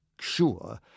sure